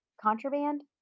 contraband